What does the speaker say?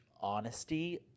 honesty